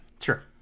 Sure